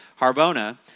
Harbona